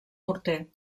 morter